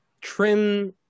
trim